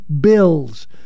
bills